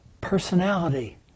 personality